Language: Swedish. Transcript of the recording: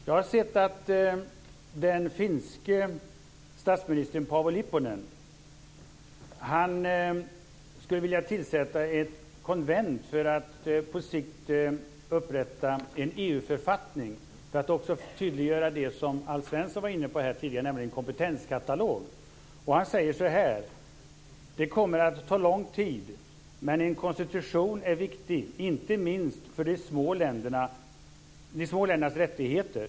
Jag har sett att den finske statsministern, Paavo Lipponen, skulle vilja tillsätta ett konvent för att på sikt upprätta en EU-författning för att också tydliggöra det som Alf Svensson var inne på här tidigare, nämligen en kompetenskatalog. Han säger så här: Det kommer att ta lång tid, men en konstitution är viktig, inte minst för de små ländernas rättigheter.